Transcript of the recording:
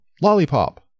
lollipop